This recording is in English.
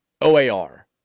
OAR